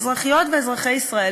אזרחיות ואזרחי ישראל,